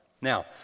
Now